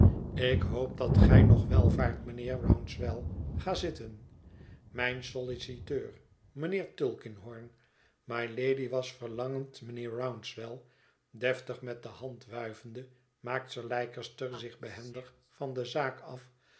ik hoop dat gij nog wel vaart mijnheer rouncewell ga zitten mijn solliciteur mijnheer tulkinghorn mylady was verlangend mijnheer rouncewell deftig met de hand wuivende maakt sir leicester zich behendig van de zaak af